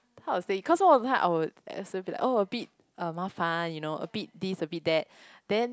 how to say cause some of the time I would assume oh a bit um 麻烦 a bit this a bit that then